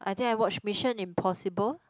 I think I watch Mission Impossible